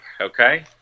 okay